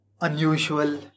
unusual